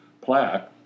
plaque